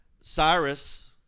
Cyrus